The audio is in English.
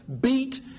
beat